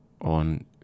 on